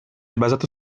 basato